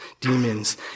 demons